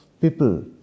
people